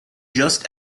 just